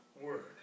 Word